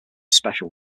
special